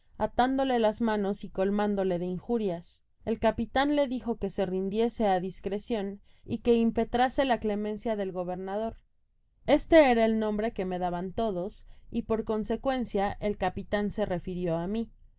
atándole las manos y colmándole de injurias el capitan le dijo que se rindiese á discrecion y que impetrase la clemencia del gobernador este era el nombre que me daban todos y por consecuencia el capitan se reürio á mi